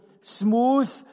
smooth